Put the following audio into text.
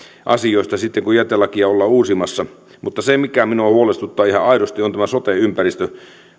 asioista sitten kun jätelakia ollaan uusimassa mutta se mikä minua huolestuttaa ihan aidosti on tämä sote ympäristö